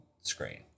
screen